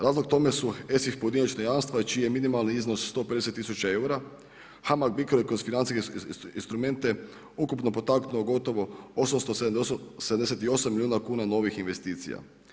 Razlog tome su ESIF pojedinačna jamstva čiji je minimalni iznos 150.000 EUR-a, Hamag Bicro je kroz financijske instrumente ukupno potaknuo gotovo 878 milijuna kuna novih investicija.